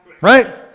Right